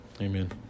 Amen